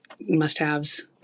must-haves